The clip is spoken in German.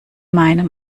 meinem